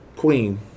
Queen